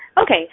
Okay